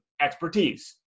expertise